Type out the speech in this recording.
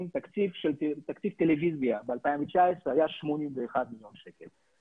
תקציב טלוויזיה ב-2019 היה 81 מיליון שקל,